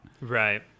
Right